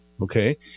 okay